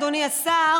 אדוני השר,